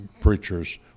preachers